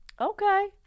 Okay